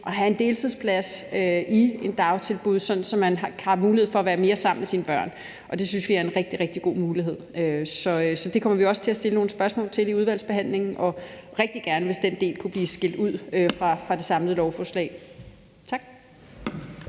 for at have en deltidsplads i et dagtilbud, sådan at man har mulighed for at være mere sammen med sine børn, og det synes vi er en rigtig, rigtig god mulighed. Så det kommer vi også til at stille nogle spørgsmål til i udvalgsbehandlingen, og vi ville rigtig gerne have, hvis den del kunne blive skilt ud fra det samlede lovforslag. Tak